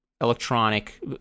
electronic